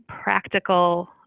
practical